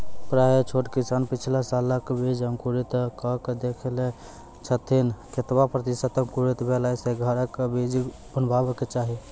प्रायः छोट किसान पिछला सालक बीज अंकुरित कअक देख लै छथिन, केतबा प्रतिसत अंकुरित भेला सऽ घरक बीज बुनबाक चाही?